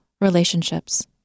relationships